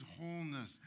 wholeness